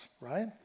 right